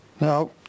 Now